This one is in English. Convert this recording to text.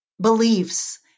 beliefs